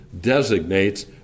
designates